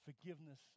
forgiveness